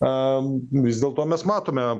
em vis dėl to mes matome